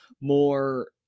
more